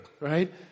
right